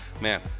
man